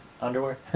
underwear